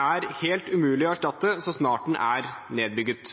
er helt umulig å erstatte så snart den er nedbygget.